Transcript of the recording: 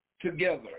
together